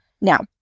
Now